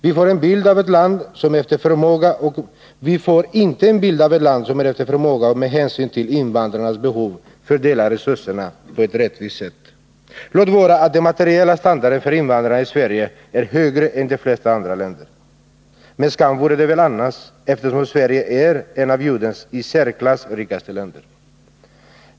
Vi får inte bilden av ett land som efter förmåga och med hänsyn till invandrarnas behov fördelar resurser på ett rättvist sätt. Låt vara att den materiella standarden för invandrare i Sverige är högre än i de flesta andra länder. Men skam vore väl det annars, eftersom Sverige är ett av jordens i särklass rikaste länder.